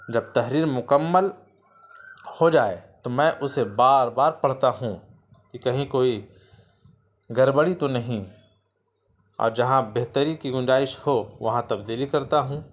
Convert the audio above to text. جب تحریر مکمل ہو جائے تو میں اسے بار بار پڑھتا ہوں کہ کہیں کوئی گڑبڑی تو نہیں اور جہاں بہتری کی گنجائش ہو وہاں تبدیلی کرتا ہوں